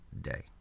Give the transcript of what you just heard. day